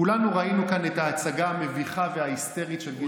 כולנו ראינו כאן את ההצגה המביכה וההיסטרית של גדעון סער.